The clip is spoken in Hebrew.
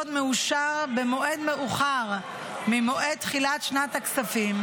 מאושר במועד המאוחר ממועד תחילת שנת הכספים,